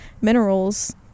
minerals